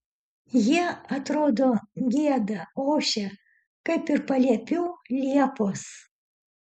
jie atrodo gieda ošia kaip ir paliepių liepos